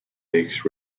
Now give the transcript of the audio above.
lakes